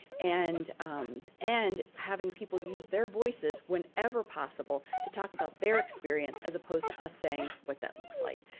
and and having people use their voices whenever possible to talk about their experience as opposed to us saying what that looks like.